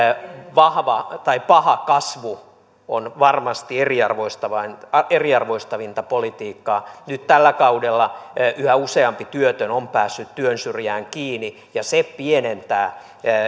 paha kasvu on varmasti eriarvoistavinta politiikkaa nyt tällä kaudella yhä useampi työtön on päässyt työn syrjään kiinni ja se pienentää